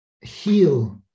heal